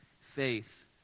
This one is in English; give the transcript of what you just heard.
faith